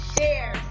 Share